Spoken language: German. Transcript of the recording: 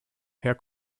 herr